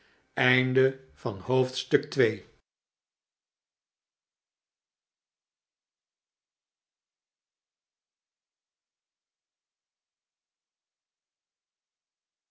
leven van het